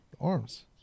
Arms